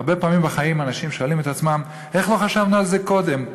הרבה פעמים בחיים אנשים שואלים את עצמם: איך לא חשבנו על זה קודם?